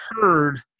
heard